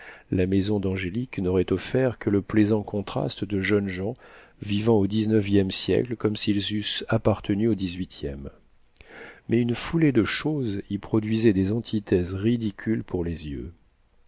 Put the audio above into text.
la maison d'angélique n'aurait offert que le plaisant contraste de jeunes gens vivant au dix-neuvième siècle comme s'ils eussent appartenu au dix-huitième mais une foule de choses y produisaient des antithèses ridicules pour les yeux